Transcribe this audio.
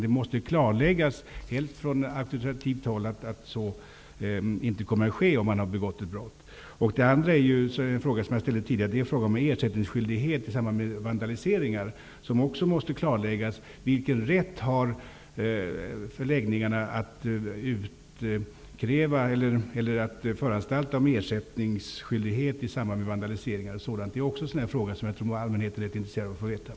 Det måste klarläggas, helst från auktoritativt håll, att det inte är fallet om man har begått ett brott. Frågan om ersättningsskyldighet i samband med vandaliseringar måste också klarläggas. Vilken rätt har förläggningarna att föranstalta om ersättningsskyldighet i samband med vandaliseringar? Det är också en fråga som jag tror att allmänheten är intresserad av att få svar på.